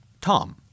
Tom